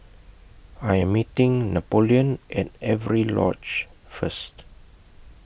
I'm meeting Napoleon At Avery Lodge First